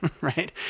right